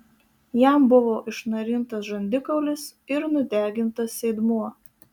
jam buvo išnarintas žandikaulis ir nudegintas sėdmuo